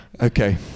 Okay